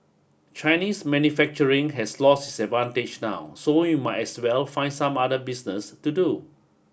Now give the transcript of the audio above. Chinese manufacturing has lost its advantage now so we might as well find some other business to do